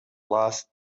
last